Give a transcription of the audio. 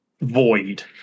void